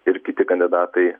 ir kiti kandidatai